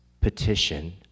petition